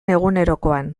egunerokoan